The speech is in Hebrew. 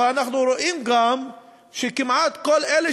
אבל אנחנו גם רואים שכמעט כל אלה